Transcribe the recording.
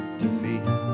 defeat